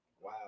wow